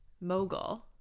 mogul